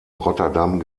rotterdam